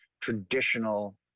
traditional